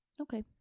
Okay